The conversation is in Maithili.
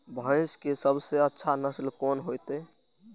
भैंस के सबसे अच्छा नस्ल कोन होते?